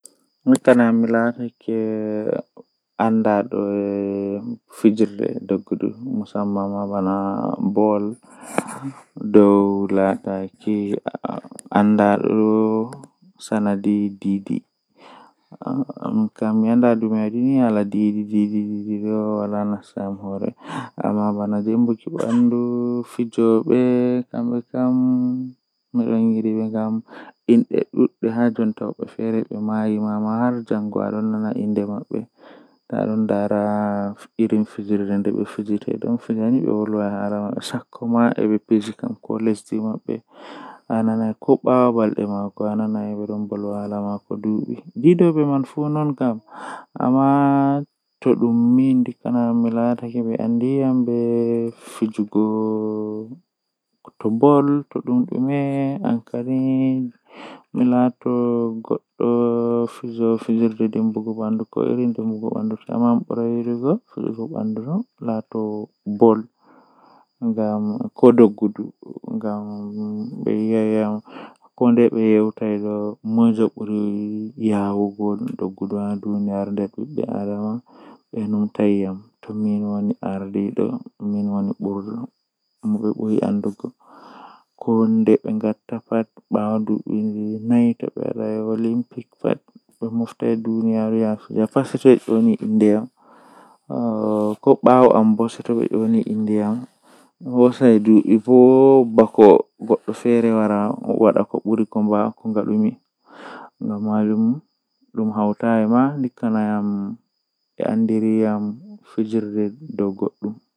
Mi naftiran be derewol jei be wadi haa nder nobe hawrirta dummi tokka be hakkilo-hakkilo mi laara no be hawrirta dum nden minbo mi hawra jei am.